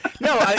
No